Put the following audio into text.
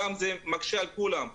זה גם מקשה על כולם.